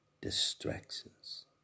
distractions